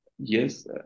yes